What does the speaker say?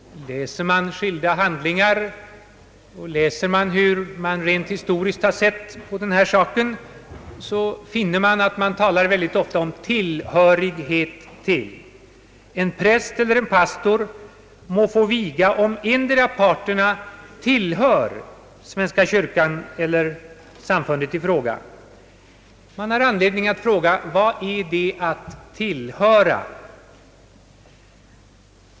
Läser vi olika handlingar och tar reda på hur man rent historiskt har sett på denna sak finner vi att man ofta talar om »tillhörighet till» — en präst eller pastor må få viga om endera parten tillhör svenska kyrkan eller det och det samfundet. Vi har anledning att fråga: Vad är det att »tillhöra»?